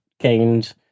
gained